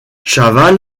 chaval